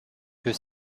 que